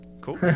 Cool